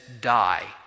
die